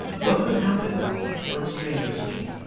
what could happen when strangers meet?